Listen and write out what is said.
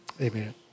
Amen